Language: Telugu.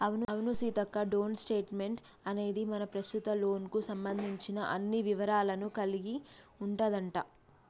అవును సీతక్క డోంట్ స్టేట్మెంట్ అనేది మన ప్రస్తుత లోన్ కు సంబంధించిన అన్ని వివరాలను కలిగి ఉంటదంట